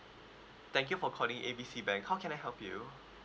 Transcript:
thank you for calling A B C bank how can I help you